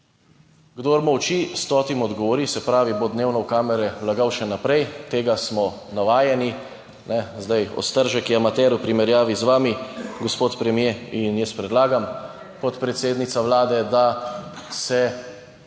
Kdor molči, stotim odgovori, se pravi, da bo dnevno lagal v kamere še naprej. Tega smo navajeni. Ostržek je amater v primerjavi z vami, gospod premier, in jaz predlagam, podpredsednica Vlade, da se